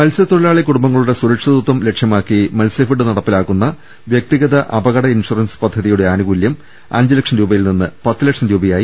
മത്സ്യത്തൊഴിലാളി കുടുംബങ്ങളുടെ സുരക്ഷിതത്വം ലക്ഷ്യമാക്കി മത്സ്യഫെഡ് നടപ്പിലാക്കുന്ന വ്യക്തിഗത അപകട ഇൻഷുറൻസ് പദ്ധതി ആനുകൂല്യം അഞ്ചു ലക്ഷം രൂപയിൽ നിന്ന് പത്തുലക്ഷം രൂപയായി